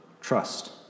trust